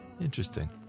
interesting